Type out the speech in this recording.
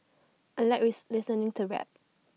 I Like read listening to rap